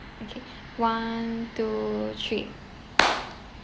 okay one two three